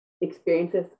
experiences